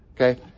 Okay